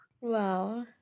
Wow